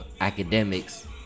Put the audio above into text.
academics